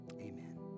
Amen